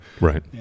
Right